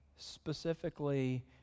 Specifically